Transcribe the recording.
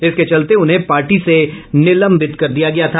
इसके चलते उन्हें पार्टी से निलंबित कर दिया गया था